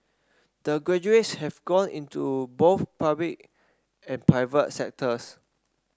the graduates have gone into both public and private sectors